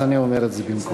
אז אני אומר את זה במקומו.